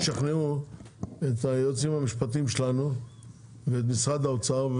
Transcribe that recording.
תשכנעו את היועצים המשפטיים שלנו ואת משרד האוצר.